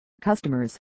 customers